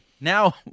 Now